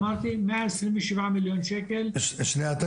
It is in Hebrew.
אמרתי מאה עשרים ושבע מיליון שקל --- שנייה,